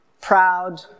proud